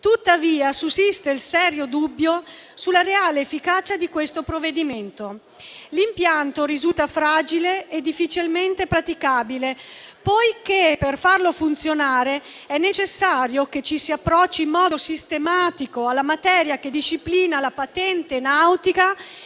Tuttavia, sussiste il serio dubbio sulla reale efficacia di questo provvedimento. L'impianto risulta fragile e difficilmente praticabile, poiché per farlo funzionare è necessario che ci si approcci in modo sistematico alla materia che disciplina la patente nautica